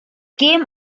geben